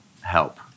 help